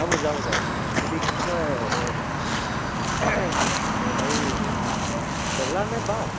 যাব যাব যাব এইটো কি কয় কি কয় হেৰি ট্ৰেভেলাৰ নে বাছ